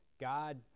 god